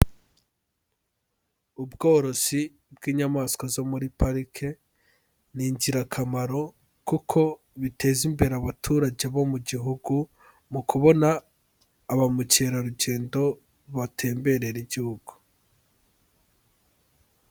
Ubworozi bw'inyamaswa zo muri parike ni ingirakamaro kuko biteza imbere abaturage bo mu gihugu mu kubona abamukerarugendo batemberera igihugu.